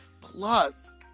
plus